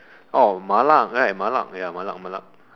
oh Malak right Malak ya Malak Malak